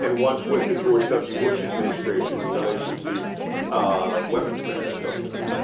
and once with the george w. bush administration in relation to ah weapons of mass destruction i think,